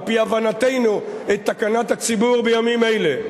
על-פי הבנתנו את תקנת הציבור בימים אלה.